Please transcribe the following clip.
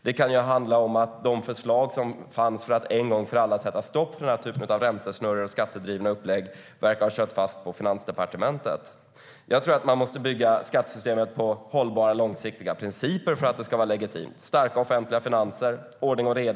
Det kan handla om att de förslag som fanns för att en gång för alla sätta stopp för den här typen av räntesnurror och skattedrivna upplägg verkar ha kört fast på Finansdepartementet.Jag tror att man måste bygga skattesystemet på hållbara, långsiktiga principer för att det ska vara legitimt. Vi behöver ha starka offentliga finanser och ordning och reda.